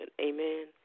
Amen